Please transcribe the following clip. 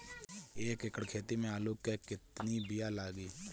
एक एकड़ खेती में आलू के कितनी विया लागी?